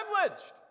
privileged